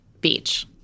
beach